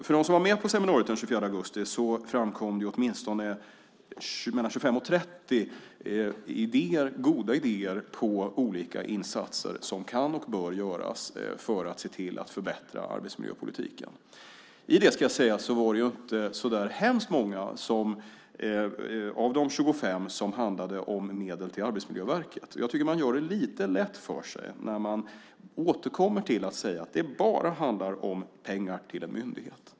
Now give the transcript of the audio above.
För dem som var med på seminariet den 24 augusti framkom det åtminstone 25-30 goda idéer på olika insatser som kan och bör göras för att man ska se till att förbättra arbetsmiljöpolitiken. Det var inte så många av dessa idéer som handlade om medel till Arbetsmiljöverket. Jag tycker att man gör det lite lätt för sig när man återkommer till att säga att det bara handlar om pengar till en myndighet.